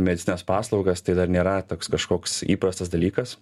medicines paslaugas tai dar nėra toks kažkoks įprastas dalykas